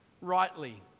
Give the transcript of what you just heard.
rightly